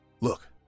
Look